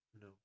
no